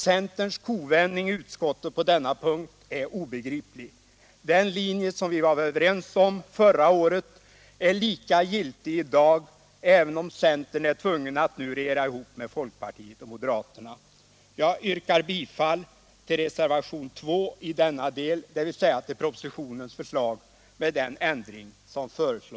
Centerns kovändning i utskottet på denna punkt är obegriplig. Den linje som vi var överens om förra året är lika giltig i dag, även om centern är tvungen att nu regera ihop med folkpartiet och moderaterna.